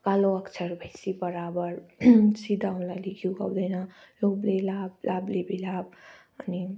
कालो अक्षर भैँसी बराबर सिधा औँलाले घिउ आउँदैन लोभले लाभ लाभले विलाप अनि